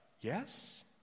Yes